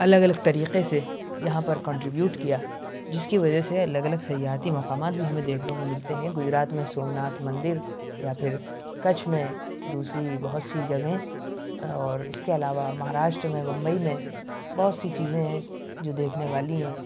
الگ الگ طریقے سے یہاں پر کنٹریبیوٹ کیا جس کی وجہ سے الگ الگ سیاحتی مقامات بھی ہمیں دیکھنے کو ملتے ہیں گجرات میں سومناتھ مندر یا پھر کچھ میں دوسری بہت سی جگہیں اور اس کے علاوہ مہاراشٹر میں بمبئی میں بہت سی چیزیں ہیں جو دیکھنے والی ہیں